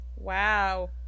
wow